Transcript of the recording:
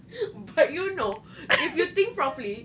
but you know if you think properly